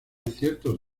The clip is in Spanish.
ciertos